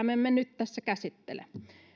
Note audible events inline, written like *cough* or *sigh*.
*unintelligible* me emme nyt tässä käsittele